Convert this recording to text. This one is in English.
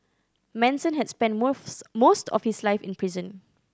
Manson had spent most of his life in prison